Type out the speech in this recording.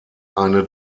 eine